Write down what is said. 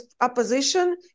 opposition